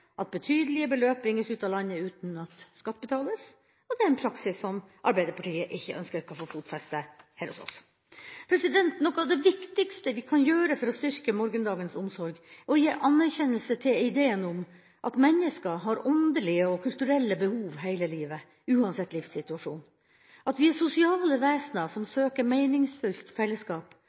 at betydelige beløp bringes ut av landet uten at skatt betales, og det er en praksis som Arbeiderpartiet ikke ønsker at skal få fotfeste her hos oss. Noe av det viktigste vi kan gjøre for å styrke morgendagens omsorg, er å gi anerkjennelse til ideen om at menneskene har åndelige og kulturelle behov hele livet uansett livssituasjon, at vi er sosiale vesener som søker meningsfullt fellesskap,